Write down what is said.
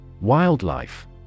Wildlife